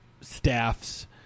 staffs